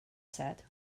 said